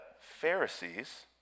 Pharisees